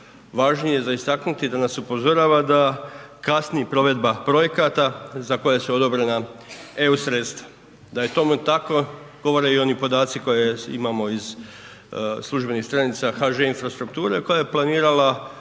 važnije za istaknuti da nas upozorava da kasni provedba projekata za koje su odobrena EU sredstva. Da je tome tako, govore i oni podaci koje imamo iz službenih stranica HŽ Infrastrukture koja je planirala u